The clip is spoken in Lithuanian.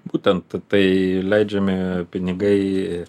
būtent tai leidžiami pinigai